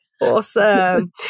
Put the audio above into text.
Awesome